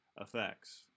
effects